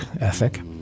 ethic